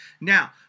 Now